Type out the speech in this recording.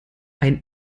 ein